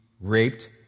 raped